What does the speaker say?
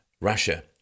Russia